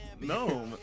no